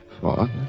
Father